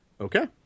Okay